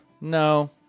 No